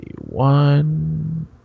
one